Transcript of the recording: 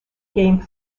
game